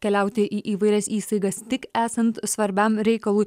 keliauti į įvairias įstaigas tik esant svarbiam reikalui